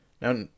Now